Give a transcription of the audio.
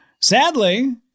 Sadly